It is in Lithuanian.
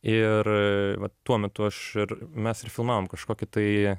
ir va tuo metu aš ir mes ir filmavom kažkokį tai